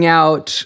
out